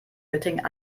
göttingen